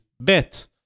bet